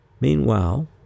Meanwhile